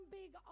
big